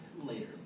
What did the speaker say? later